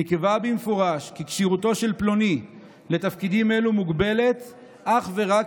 נקבע במפורש כי כשירותו של פלוני לתפקידים אלו מוגבלת אך ורק